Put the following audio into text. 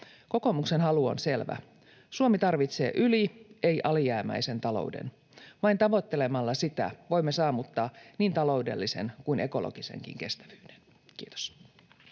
Kokoomuksen halu on selvä: Suomi tarvitsee yli-, ei alijäämäisen talouden. Vain tavoittelemalla sitä voimme saavuttaa niin taloudellisen kuin ekologisenkin kestävyyden. — Kiitos.